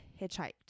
hitchhiked